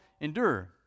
endure